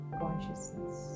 consciousness